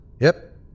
Yep